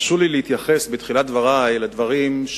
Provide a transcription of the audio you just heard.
הרשו לי להתייחס בתחילת דברי לדברים,